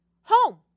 home